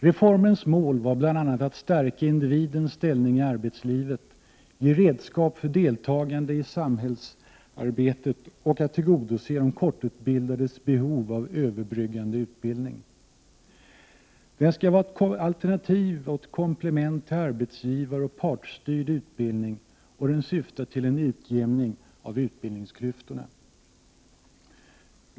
Reformens mål var bl.a. att stärka individens ställning i arbetslivet, att ge redskap för deltagande i samhällsarbetet och att tillgodose de kortutbildades behov av överbryggande utbildning. Den skall vara ett alternativ och ett komplement till arbetsgivaroch partsstyrd utbildning, och den syftar till en utjämning av utbildningsklyftorna.